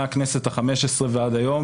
מהכנסת ה-15 עד היום